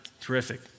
Terrific